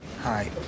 hi